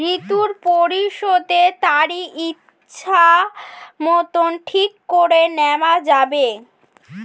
ঋণ পরিশোধের তারিখ ইচ্ছামত ঠিক করে নেওয়া যাবে?